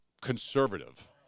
conservative